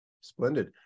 Splendid